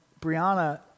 Brianna